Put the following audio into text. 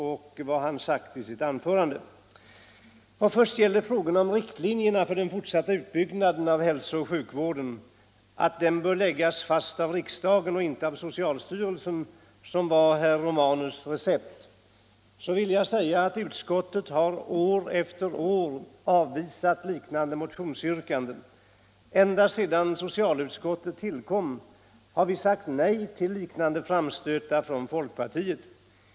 Utbyggnad av Vad först gäller frågan om att riktlinjerna för den fortsatta utbyggnaden = hälsooch sjukvård, av hälsooch sjukvården bör läggas fast av riksdagen och inte av so = m.m. cialstyrelsen, vilket var herr Romanus recept, vill jag säga att utskottet år efter år har avvisat liknande motionsyrkanden. Ända sedan socialutskottet tillkom har vi sagt nej till liknande framstötar från folkpartiet.